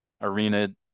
arena